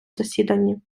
засіданні